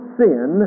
sin